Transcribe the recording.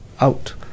out